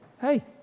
hey